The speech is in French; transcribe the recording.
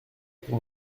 pour